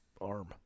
arm